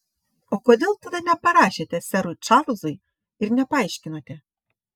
o kodėl tada neparašėte serui čarlzui ir nepaaiškinote